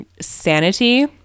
sanity